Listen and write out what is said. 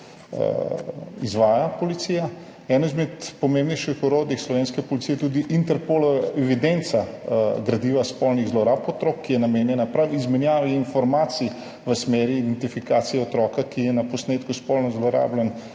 izvaja. Eno izmed pomembnejših orodij slovenske policije je tudi Interpolova evidenca gradiva spolnih zlorab otrok, ki je namenjena prav izmenjavi informacij v smeri identifikacije otroka, ki je na posnetku spolno zlorabljen,